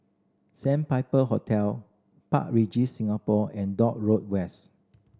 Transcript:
Sandpiper Hotel Park Regis Singapore and Dock Road West